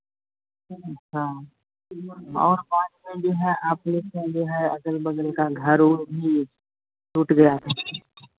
अच्छा और बाढ़ में जो है आपलोग का जो है अगल बगल का घर उर भी टूट गया था